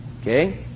Okay